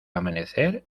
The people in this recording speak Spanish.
amanecer